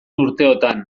urteotan